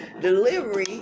delivery